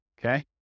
Okay